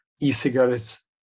e-cigarettes